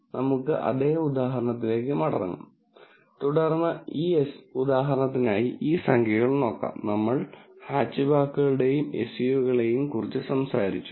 അതിനാൽ നമുക്ക് അതേ ഉദാഹരണത്തിലേക്ക് മടങ്ങാം തുടർന്ന് ഈ ഉദാഹരണത്തിനായി ഈ സംഖ്യകൾ നോക്കാം നമ്മൾ ഹാച്ച്ബാക്കുകളെയും എസ്യുവികളെയും കുറിച്ച് സംസാരിച്ചു